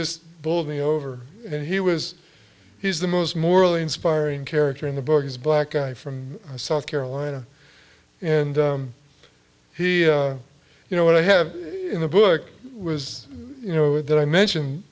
just bowled me over and he was he's the most morally inspiring character in the book is a black eye from south carolina and he you know what i have in the book was you know that i mentioned